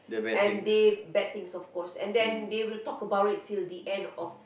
and they bad things of course and then they will talk about it till the end of